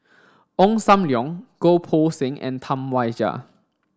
Ong Sam Leong Goh Poh Seng and Tam Wai Jia